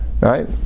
right